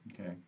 Okay